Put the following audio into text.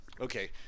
okay